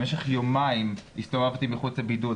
במשך יומיים הסתובבתי מחוץ לבידוד,